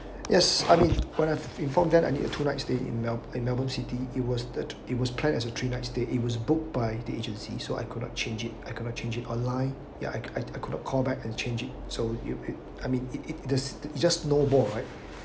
yes I mean when I informed them I need a two nights stay in mel~ in melbourne city it was that it was planned as a three night stay it was booked by the agency so I could not change it I cannot change it online ya I I I could not call back and change it so you I mean it it it just snow ball right